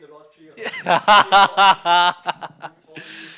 yeah